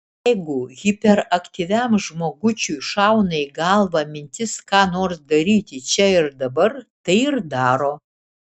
jeigu hiperaktyviam žmogučiui šauna į galvą mintis ką nors daryti čia ir dabar tai ir daro